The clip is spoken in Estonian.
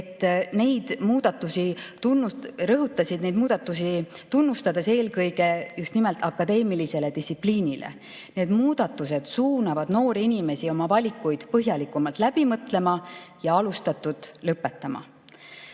et] valdkonna eksperdid rõhutasid neid muudatusi tunnustades eelkõige just nimelt akadeemilist distsipliini. Need muudatused suunavad noori inimesi oma valikuid põhjalikumalt läbi mõtlema ja alustatut lõpetama.